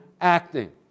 acting